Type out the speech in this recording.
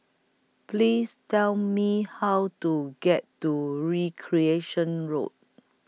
Please Tell Me How to get to Recreation Road